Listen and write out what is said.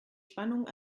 spannung